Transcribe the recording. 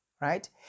right